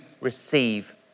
receive